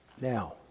Now